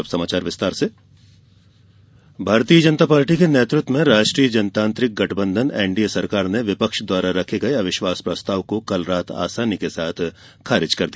अविश्वास प्रस्ताव भारतीय जनता पार्टी के नेतृत्व में राष्ट्रीय जनतांत्रिक गठबंधन एनडीए सरकार ने विपक्ष द्वारा रखे गये अविश्वास प्रस्ताव को कल रात आसानी से खारिज कर दिया